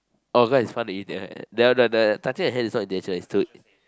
oh cause it's fun to you the the the touching of hands is not in nature it's to